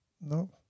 No